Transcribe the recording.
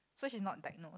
so she's not techno